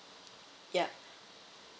yup